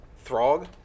Throg